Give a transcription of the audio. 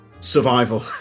survival